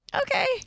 okay